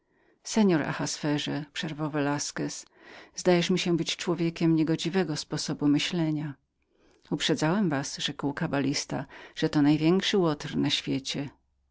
panie ahaswerze przerwał velasquez zdajesz mi się być człowiekiem niegodziwego sposobu myślenia mówiłem wam dodał kabalista że to jest największy łotr w świecie